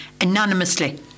anonymously